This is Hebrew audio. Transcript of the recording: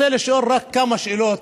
אני רוצה לשאול רק כמה שאלות: